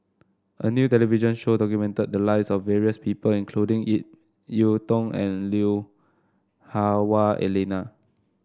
a new television show documented the lives of various people including Ip Yiu Tung and Lui Hah Wah Elena